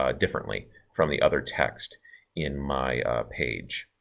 ah differently from the other text in my page.